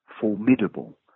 formidable